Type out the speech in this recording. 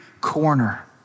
corner